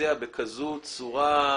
שמתבצע בצורה כזאת,